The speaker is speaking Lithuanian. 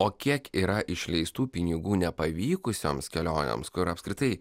o kiek yra išleistų pinigų nepavykusioms kelionėms kur apskritai